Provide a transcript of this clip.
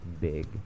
big